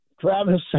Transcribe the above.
Travis